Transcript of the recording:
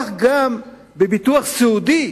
כך גם בביטוח סיעודי